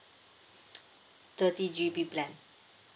thirty G_B plan